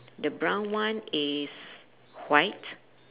the brown one is white